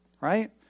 Right